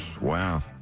Wow